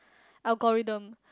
algorithm